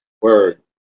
word